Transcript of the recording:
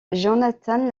jonathan